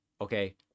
Okay